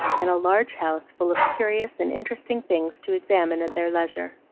and a large house full of curious and interesting things to examine at their leisure.